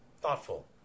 thoughtful